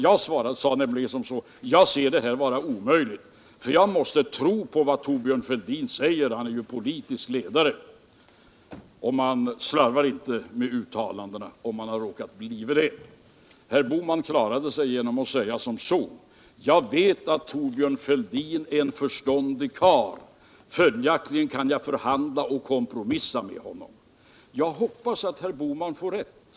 Jag sade nämligen att jag anser det här vara omöjligt, för jag måste tro på vad Thorbjörn Fälldin säger. Han är ju en politisk ledare, och man slarvar inte med uttalandena, om man råkat bli det. Herr Bohman klarade sig genom att säga: Jag vet att Thorbjörn Fälldin är en förståndig karl. Följaktligen kan jag förhandla och kompromissa med honom. — Jag hoppas att herr Bohman får rätt.